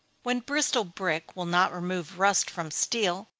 when bristol brick will not remove rust from steel,